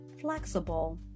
Flexible